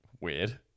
Weird